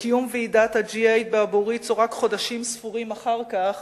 וקיום ועידת ה-G8 באברוצו רק חודשים ספורים אחר כך